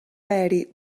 aeri